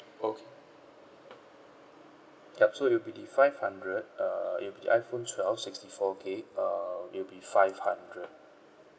okay yup so it'll be the five hundred uh it'll be the iphone twelve sixty four gig uh it'll be five hundred